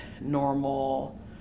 normal